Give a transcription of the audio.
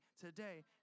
today